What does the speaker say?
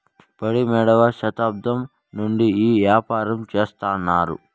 పడియేడవ శతాబ్దం నుండి ఈ యాపారం చెత్తన్నారు